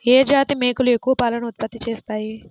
ఏ జాతి మేకలు ఎక్కువ పాలను ఉత్పత్తి చేస్తాయి?